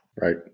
Right